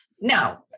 Now